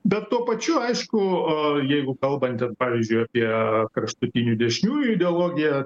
bet tuo pačiu aišku jeigu kalbant pavyzdžiui apie kraštutinių dešiniųjų ideologiją